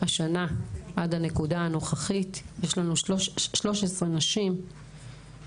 השנה עד הנקודה הנוכחית יש לנו 13 נשים